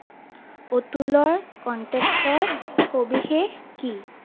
অতুলৰ কণ্টেক্টৰ সবিশেষ কি